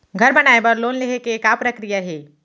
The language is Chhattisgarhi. घर बनाये बर लोन लेहे के का प्रक्रिया हे?